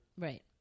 Right